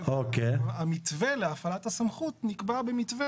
המתווה להפעלת הסמכות נקבע במתווה